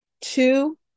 Two